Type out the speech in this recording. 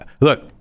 look